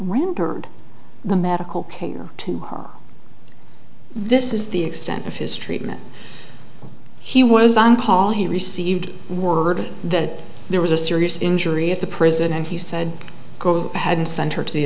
rendered the medical care to her this is the extent of his treatment he was on call he received word that there was a serious injury at the prison and he said go ahead and send her to the